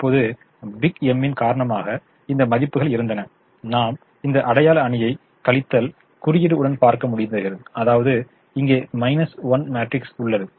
இப்போது big M ன் காரணமாக இந்த மதிப்புகள் இருந்தன நாம் இந்த அடையாள அணியை கழித்தல் குறியீடு உடன் பார்க்க முடிகிறது அதாவது இங்கே I மேட்ரிக்ஸ் உள்ளது